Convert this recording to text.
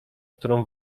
którą